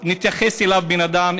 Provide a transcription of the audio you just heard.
נתייחס אליו כאל בן אדם.